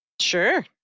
Sure